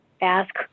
ask